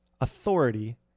authority